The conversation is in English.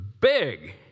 big